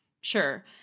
sure